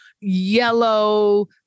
yellow